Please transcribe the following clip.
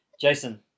Jason